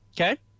Okay